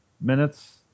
minutes